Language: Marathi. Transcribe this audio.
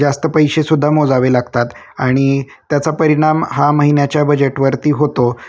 जास्त पैसेसुद्धा मोजावे लागतात आणि त्याचा परिणाम हा महिन्याच्या बजेटवरती होतो